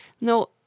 no